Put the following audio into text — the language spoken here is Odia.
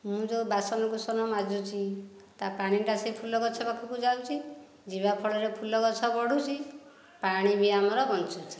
ମୁଁ ଯେଉଁ ବସାନକୁଶନ ମାଜୁଛି ତା ପାଣି ଟା ସେ ଫୁଲ ଗଛ ପାଖକୁ ଯାଉଛି ଯିବା ଫଳରେ ଫୁଲଗଛ ବଢୁଛି ପାଣି ବି ଆମର ବଞ୍ଚୁଛି